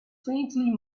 faintly